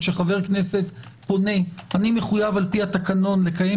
כשחבר כנסת פונה אני מחויב על-פי התקנון לקיים